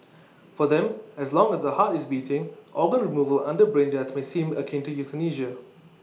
for them as long as the heart is beating organ removal under brain death may seem akin to euthanasia